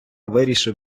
вирішив